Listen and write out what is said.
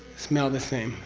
smell. the same.